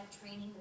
training